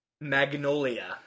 Magnolia